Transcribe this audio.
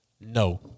No